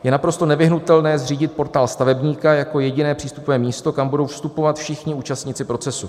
Je naprosto nevyhnutelné zřídit Portál stavebníka jako jediné přístupové místo, kam budou vstupovat všichni účastníci procesu.